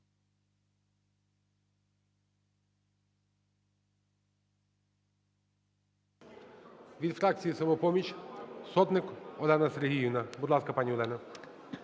Від фракції "Самопоміч" Сотник Олена Сергіївна. Будь ласка, пані Олена.